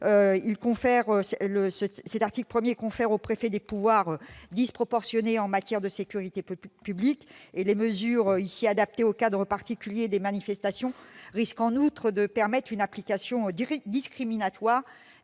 L'article 1 confère aux préfets des pouvoirs disproportionnés en matière de sécurité publique. Les mesures ici adaptées au cadre particulier des manifestations risquent en outre d'en favoriser une application discriminatoire,